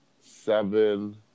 seven